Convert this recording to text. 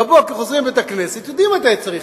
בבוקר חוזרים מבית-הכנסת, יודעים מתי צריך.